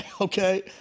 okay